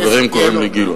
חברים קוראים לי גילאון.